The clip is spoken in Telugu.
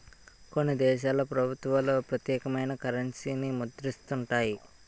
కొన్ని దేశాల ప్రభుత్వాలు ప్రత్యేకమైన కరెన్సీని ముద్రిస్తుంటాయి